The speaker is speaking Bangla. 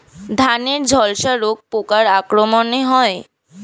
ধানের ঝলসা রোগ পোকার আক্রমণে হয়?